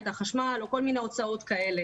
את החשמל או כל מיני הוצאות כאלה.